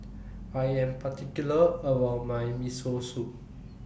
I Am particular about My Miso Soup